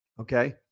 okay